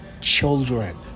children